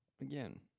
again